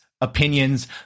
opinions